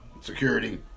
Security